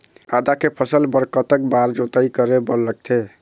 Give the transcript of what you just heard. आदा के फसल बर कतक बार जोताई करे बर लगथे?